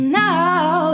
now